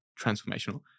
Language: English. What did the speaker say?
transformational